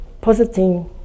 positing